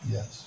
Yes